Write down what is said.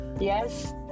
yes